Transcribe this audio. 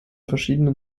verschiedenen